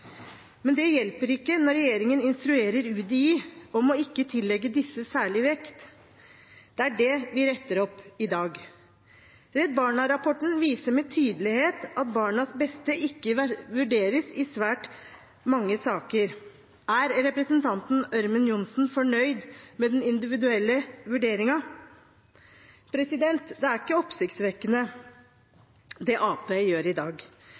men det hjelper ikke når regjeringen instruerer UDI om ikke å tillegge disse særlig vekt. Det er det vi retter opp i dag. Redd Barna-rapporten viser med tydelighet at barnas beste i svært mange saker ikke vurderes. Er representanten Ørmen Johnsen fornøyd med den individuelle vurderingen? Det er ikke oppsiktsvekkende det Arbeiderpartiet gjør i dag.